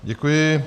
Děkuji.